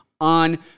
on